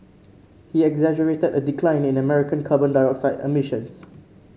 he exaggerated a decline in American carbon dioxide emissions